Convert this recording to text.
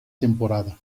temporada